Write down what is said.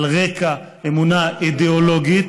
על רקע אמונה אידיאולוגית,